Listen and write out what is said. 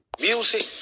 Music